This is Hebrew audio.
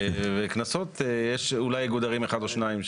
וקנסות יש אולי איגוד ערים אחד או שניים,